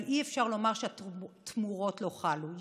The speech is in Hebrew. אבל אי-אפשר לומר שהתמורות לא חלו.